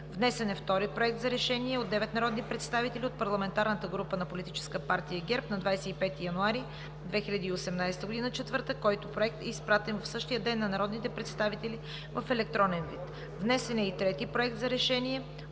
Внесен е втори Проект за решение от 9 народни представители от парламентарната група на Политическа партия ГЕРБ на 25 януари 2018 г., четвъртък, който проект е изпратен в същия ден на народните представители в електронен вид. Внесен е и трети Проект за решение